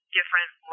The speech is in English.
different